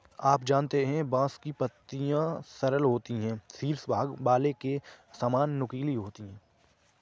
आप जानते है बांस की पत्तियां सरल होती है शीर्ष भाग भाले के सामान नुकीले होते है